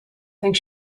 think